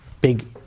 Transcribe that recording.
big